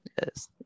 Yes